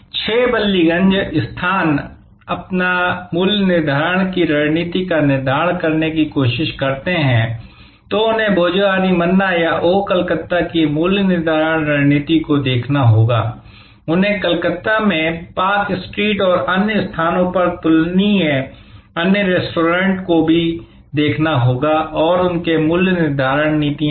इसलिए जब 6 बल्लीगंज स्थान अपनी मूल्य निर्धारण की रणनीति का निर्धारण करने की कोशिश करते हैं तो उन्हें भोजहोरी मन्ना या ओह कलकत्ता की मूल्य निर्धारण रणनीति को देखना होगा उन्हें कलकत्ता में पार्क स्ट्रीट और अन्य स्थानों पर तुलनीय अन्य रेस्तरां को देखना होगा और उनके मूल्य निर्धारण नीतियां